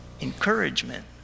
encouragement